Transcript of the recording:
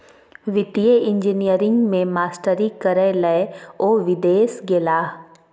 वित्तीय इंजीनियरिंग मे मास्टरी करय लए ओ विदेश गेलाह